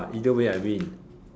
either way I win